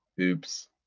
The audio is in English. oops